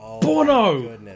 Bono